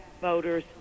voters